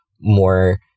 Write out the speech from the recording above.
more